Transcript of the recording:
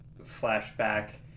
flashback